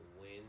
win